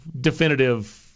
definitive –